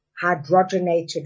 hydrogenated